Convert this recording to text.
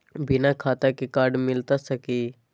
बिना खाता के कार्ड मिलता सकी?